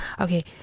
Okay